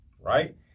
right